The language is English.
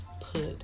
put